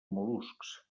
mol·luscs